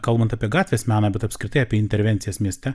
kalbant apie gatvės meną bet apskritai apie intervencijas mieste